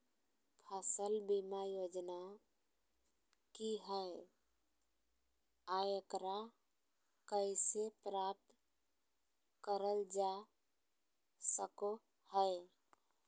फसल बीमा योजना की हय आ एकरा कैसे प्राप्त करल जा सकों हय?